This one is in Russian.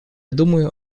думаю